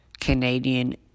Canadian